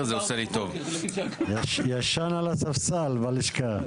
לקבל דוח מה קיים היום ומה מתכוון המשרד להשתמש בקרן הזו.